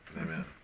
Amen